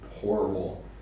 horrible